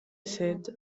said